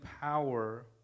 power